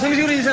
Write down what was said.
um junior!